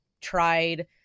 tried